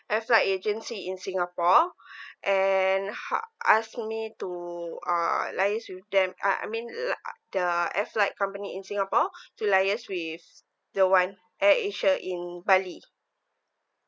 air flight agency in singapore and how asking me to uh liaise with them uh I mean like uh the flight company in singapore to liaise with the one AirAsia in bali